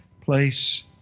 place